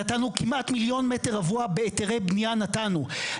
נתנו כמעט מיליון מטר רבוע בהיתרי בניה נתנו.